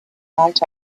night